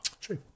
True